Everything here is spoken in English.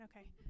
okay